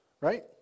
Right